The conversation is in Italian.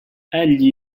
egli